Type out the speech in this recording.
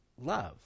love